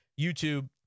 YouTube